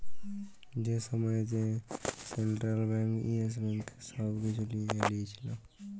যে সময়তে central bank Yes ব্যাংকের ছব কিছু লিঁয়ে লিয়েছিল